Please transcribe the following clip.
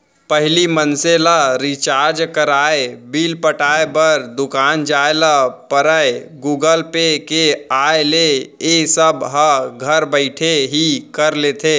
पहिली मनसे ल रिचार्ज कराय, बिल पटाय बर दुकान जाय ल परयए गुगल पे के आय ले ए सब ह घर बइठे ही कर लेथे